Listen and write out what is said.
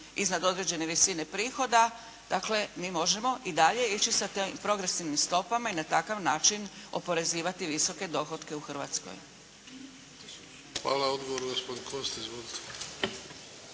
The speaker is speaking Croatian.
iznad određene visine prihoda. Dakle, mi možemo i dalje ići sa progresivnim stopama i na takav način oporezivati visoke dohotke u Hrvatskoj. **Bebić, Luka (HDZ)** Hvala.